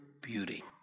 beauty